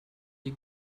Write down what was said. die